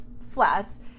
flats